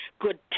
good